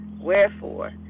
Wherefore